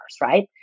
right